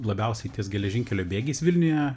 labiausiai ties geležinkelio bėgiais vilniuje